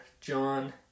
john